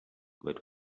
that